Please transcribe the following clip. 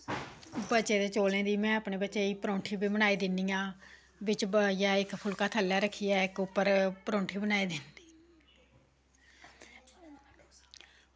ते बचे दे चौलें दी में अपने बच्चें गी परौंठी बी बनाई दिन्नी आं ते बची जा इक्क फुल्का थल्ले रक्खियै परौंठी बनाई दिन्नी होनी